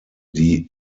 die